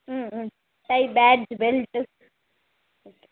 tie badge belt